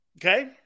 Okay